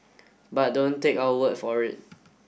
but don't take our word for it